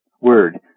word